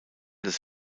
des